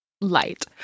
Light